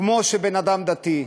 כמו בן-אדם דתי.